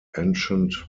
ancient